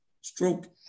stroke